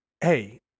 hey